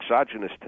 exogenous